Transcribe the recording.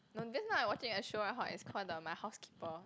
no just now I watching that show right hor it's called the My Housekeeper